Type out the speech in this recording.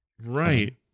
Right